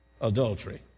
Adultery